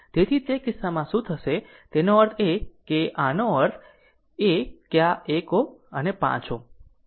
તેથી તે કિસ્સામાં શું થશે તેનો અર્થ એ કે આનો અર્થ એ કે આ 1 Ω અને 5